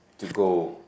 to go